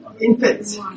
Infants